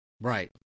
Right